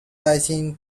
rising